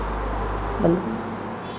और